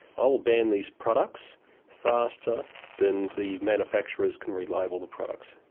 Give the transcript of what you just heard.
i will ban these products faster than the manufacturers can relabel the products.